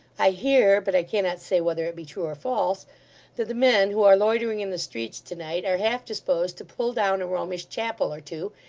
i hear but i cannot say whether it be true or false that the men who are loitering in the streets to-night are half disposed to pull down a romish chapel or two,